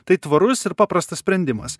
tai tvarus ir paprastas sprendimas